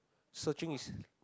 searching is